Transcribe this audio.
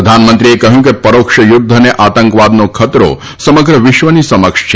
પ્રધાનમંત્રીએ કહ્યું કે પરોક્ષ યુદ્ધ અને આતંકવાદનો ખતરો સમગ્ર વિશ્વની સમક્ષ છે